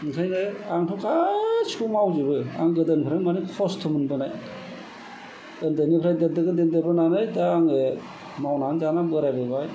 ओंखायनो आंथ' गासैखौबो मावजोबो आं गोदोनिफ्रायनो माने खस्त' मोनबोनाय उन्दैनिफ्रायनो गोदो गोदो देरबोनानै दा आङो मावनानै जानानै बोरायबोबाय